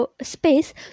space